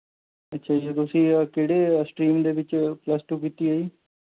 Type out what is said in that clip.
ਅੱਛਾ ਜੀ ਤੁਸੀਂ ਕਿਹੜੇ ਸਟਰੀਮ ਦੇ ਵਿੱਚ ਪਲੱਸ ਟੂ ਕੀਤੀ ਹੈ ਜੀ